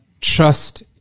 trust